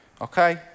Okay